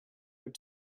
but